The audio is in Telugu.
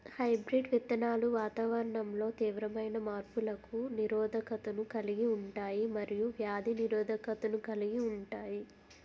హైబ్రిడ్ విత్తనాలు వాతావరణంలో తీవ్రమైన మార్పులకు నిరోధకతను కలిగి ఉంటాయి మరియు వ్యాధి నిరోధకతను కలిగి ఉంటాయి